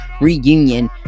reunion